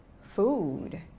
food